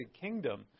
Kingdom